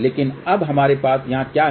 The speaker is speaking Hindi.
लेकिन अब हमारे यहाँ क्या है